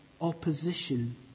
opposition